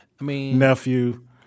nephew